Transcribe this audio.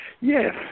yes